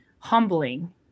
Humbling